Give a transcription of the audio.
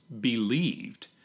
believed